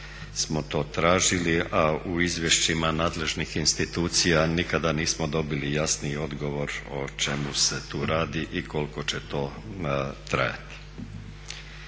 smo to tražili, a u izvješćima nadležnih institucija nikada nismo dobili jasniji odgovor o čemu se tu radi i koliko će to trajati.